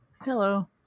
hello